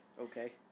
Okay